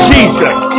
Jesus